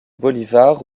bolívar